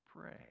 pray